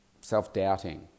self-doubting